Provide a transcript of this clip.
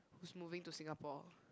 who's moving to Singapore